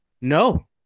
No